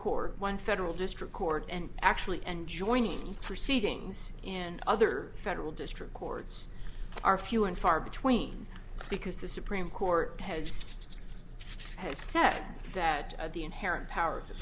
court one federal district court and actually enjoying proceedings in other federal district courts are few and far between because the supreme court headstone has said that the inherent power